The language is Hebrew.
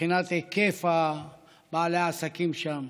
מבחינת היקף בעלי העסקים שם,